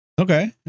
Okay